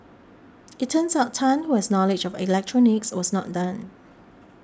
it turns out Tan who has knowledge of electronics was not done